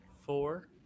four